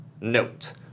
note